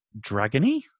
dragony